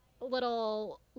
little